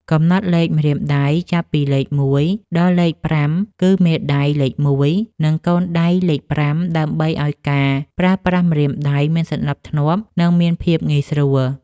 កំណត់លេខម្រាមដៃចាប់ពីលេខមួយដល់លេខប្រាំគឺមេដៃលេខមួយ និងកូនដៃលេខប្រាំដើម្បីឱ្យការប្រើប្រាស់ម្រាមដៃមានសណ្តាប់ធ្នាប់ និងមានភាពងាយស្រួល។